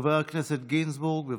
חבר הכנסת גינזבורג, בבקשה.